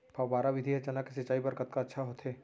फव्वारा विधि ह चना के सिंचाई बर कतका अच्छा होथे?